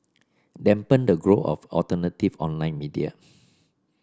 dampen the growth of alternative online media